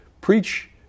preach